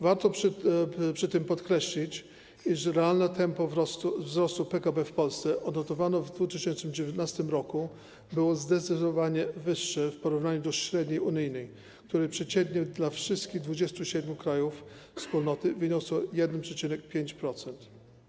Warto przy tym podkreślić, iż realne tempo wzrostu PKB w Polsce odnotowane w 2019 r. było zdecydowanie wyższe w porównaniu do średniej unijnej, która przeciętnie dla wszystkich 27 krajów Wspólnoty wyniosła 1,5%.